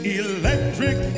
electric